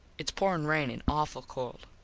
its pourin rain an awful cold.